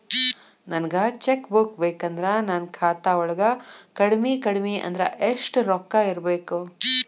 ನನಗ cheque book ಬೇಕಂದ್ರ ನನ್ನ ಖಾತಾ ವಳಗ ಕಡಮಿ ಕಡಮಿ ಅಂದ್ರ ಯೆಷ್ಟ್ ರೊಕ್ಕ ಇರ್ಬೆಕು?